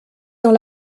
dans